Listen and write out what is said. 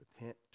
repent